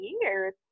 years